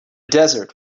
desert